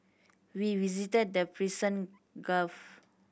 we visited the Persian Gulf